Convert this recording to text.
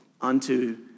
unto